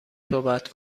صحبت